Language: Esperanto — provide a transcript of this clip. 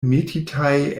metitaj